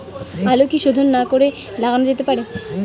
আলু কি শোধন না করে লাগানো যেতে পারে?